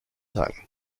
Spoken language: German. rang